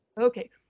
Okay